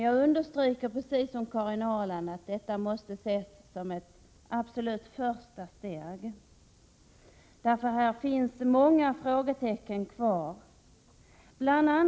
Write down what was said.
Jag understryker, precis som Karin Ahrland, att detta måste ses som ett absolut första steg. Det finns nämligen många frågetecken kvar. Bl.